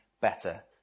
better